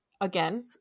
Again